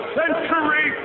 century